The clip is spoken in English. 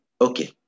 Okay